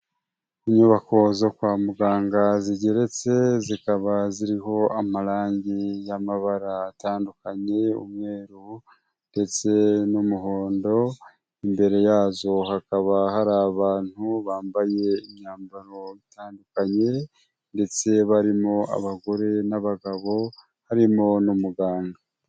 Inyubako zo kwa muganga zigeretse, zikaba ziriho amarangi y'amabara atandukanye, umweru ndetse n'umuhondo, imbere yazo hakaba hari abantu bambaye imyambaro itandukanye ndetse barimo abagore n'abagabo, harimo n'umuganga.